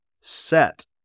set